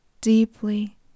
deeply